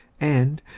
and,